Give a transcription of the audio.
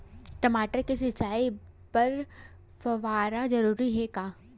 टमाटर के सिंचाई बर फव्वारा जरूरी हे का?